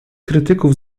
krytyków